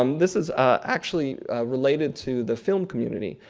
um this is actually related to the film community.